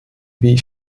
wie